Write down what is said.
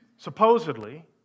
supposedly